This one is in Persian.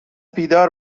بیدار